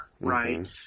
right